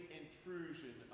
intrusion